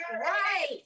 Right